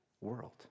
world